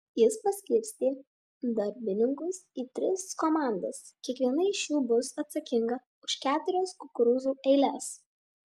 jis paskirstė darbininkus į tris komandas kiekviena iš jų bus atsakinga už keturias kukurūzų eiles